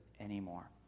anymore